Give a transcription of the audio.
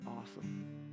Awesome